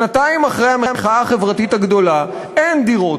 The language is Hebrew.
שנתיים אחרי המחאה החברתית הגדולה אין דירות.